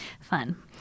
Fun